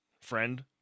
friend